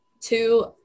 two